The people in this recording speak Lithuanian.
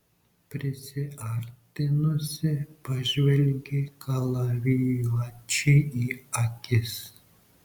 prisiartinusi pažvelgė kalavijuočiui į akis